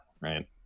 right